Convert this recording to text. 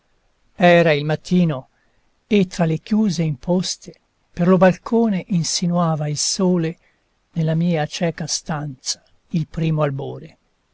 era il mattino e tra le chiuse imposte per lo balcone insinuava il sole nella mia cieca stanza il primo albore